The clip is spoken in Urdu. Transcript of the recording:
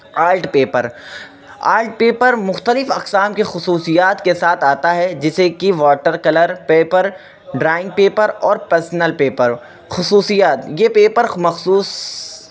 آلٹ پیپر آلٹ پیپر مختلف اقسام کی خصوصیات کے ساتھ آتا ہے جسے کہ water colour paper drawing paper اور پرسنل پیپر خصوصیات یہ پیپرخ مخصوص